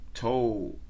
told